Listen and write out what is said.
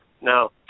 No